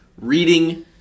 reading